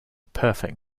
perfect